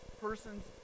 persons